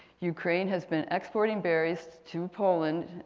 ukraine has been exporting berries to poland,